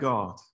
God